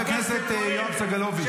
-- עם ארגוני פשיעה.